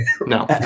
No